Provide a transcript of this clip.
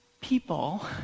people